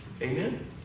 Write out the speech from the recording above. Amen